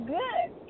good